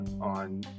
on